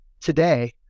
Today